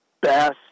best